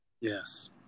Yes